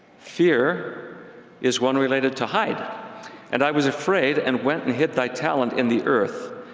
fear is one related to hide and i was afraid, and went and hid thy talent in the earth.